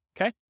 Okay